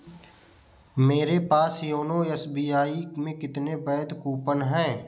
मेरे पास YONO S B I में कितने वैध कूपन हैं